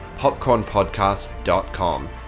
popcornpodcast.com